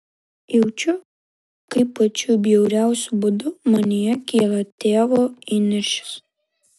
jaučiu kaip pačiu bjauriausiu būdu manyje kyla tėvo įniršis